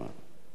בבקשה.